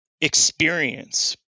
experience